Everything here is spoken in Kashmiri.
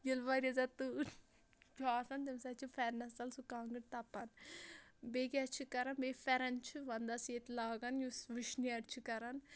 ییٚلہِ واریاہ زیادٕ تۭر چھُ آسان تَمہِ ساتہٕ چھِ پھٮ۪رنَس تَل سُہ کانٛگٕر تَپان بیٚیہِ کیٛاہ چھِ کَران بیٚیہِ پھٮ۪رن چھِ وَنٛدَس ییٚتہِ لاگان یُس وُشنیر چھُ کَران